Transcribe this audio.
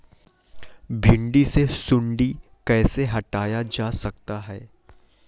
भिंडी से सुंडी कैसे हटाया जा सकता है?